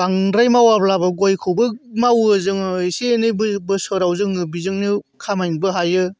बांद्राय मावाब्लाबो गयखौबो मावो जोङो एसे एनै बोसोराव जोङो बेजोंनो खामायनोबो हायो